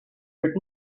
heard